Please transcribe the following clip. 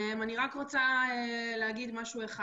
אני רוצה לומר רק משהו אחד.